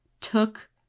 took